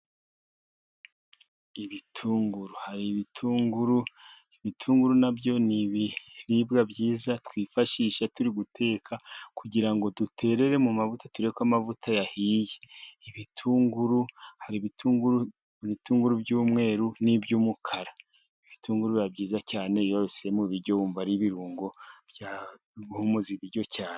Ibitunguru. hari ibitunguru, ibitunguru na byo ni ibiribwa byiza twifashisha turi guteka, kugira ngo duterere mu mavuta turebe ko amavuta yahiye. Ibitunguru, hari ibitunguru by'umweru n'iby'umukara. Ibitunguru biba byiza cyane iyo wabishyize mu biryo, wumva ari ibirungo bihumuza ibiryo cyane.